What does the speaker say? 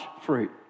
fruit